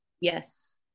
Yes